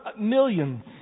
millions